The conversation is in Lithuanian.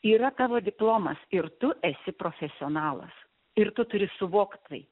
yra tavo diplomas ir tu esi profesionalas ir tu turi suvokt tai